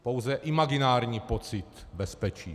Pouze imaginární pocit bezpečí.